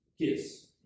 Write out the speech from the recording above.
Kiss